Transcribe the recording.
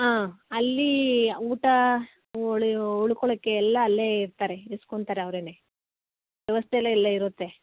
ಹಾಂ ಅಲ್ಲಿ ಊಟ ಉಳಿಯೋ ಉಳ್ಕೊಳ್ಳೋಕ್ಕೆ ಎಲ್ಲ ಅಲ್ಲೇ ಇರ್ತಾರೆ ಇರ್ಸ್ಕೊತಾರೆ ಅವರೇನೇ ವ್ಯವಸ್ತೇಲ್ಲ ಅಲ್ಲೇ ಇರುತ್ತೆ